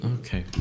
Okay